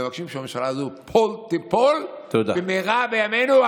פול תיפול במהרה בימינו.